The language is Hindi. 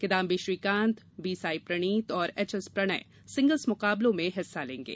किदाम्बी श्रीकांत बीसाई प्रणीत और एच एस प्रणय सिंगल्स मुकाबलों में हिस्सा लेंगे